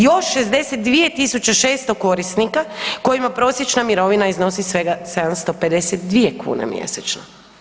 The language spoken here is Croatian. Još 62 600 korisnika kojima prosječna mirovina iznosi svega 752 kune mjesečno.